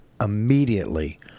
immediately